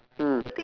mm